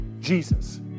Jesus